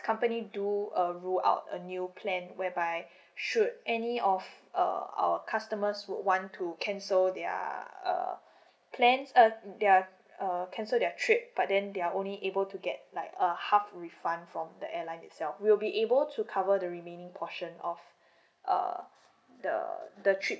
company do uh rule out a new plan whereby should any of uh our customers would want to cancel their uh plans uh their err cancel their trip but then they're only able to get like a half refund from the airline itself we'll be able to cover the remaining portion of err the the trip